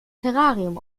terrarium